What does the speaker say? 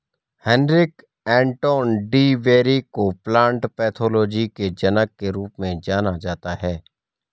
Heinrich Anton de Bary को plant pathology के जनक के रूप में जाना जाता है